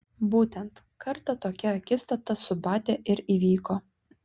būtent kartą tokia akistata su batia ir įvyko